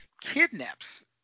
kidnaps